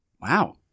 Wow